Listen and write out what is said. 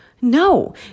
no